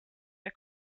der